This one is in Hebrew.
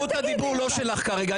--- אפרת, זכות הדיבור לא שלך כרגע.